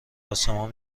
آسمان